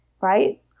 right